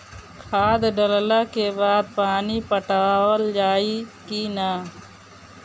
खाद डलला के बाद पानी पाटावाल जाई कि न?